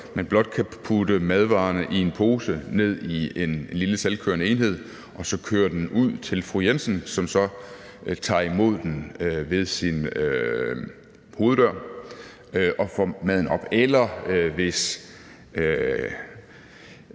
man blot kan putte madvarerne i en pose ned i en lille selvkørende enhed, og så kører den ud til fru Jensen, som så tager imod den ved sin hoveddør og får maden op.